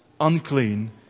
unclean